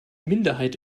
minderheit